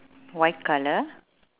white colour